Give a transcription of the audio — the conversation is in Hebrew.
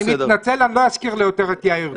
אני מתנצל, אני לא אזכיר לה יותר את יאיר גולן.